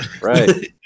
right